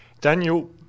Daniel